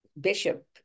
bishop